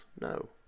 No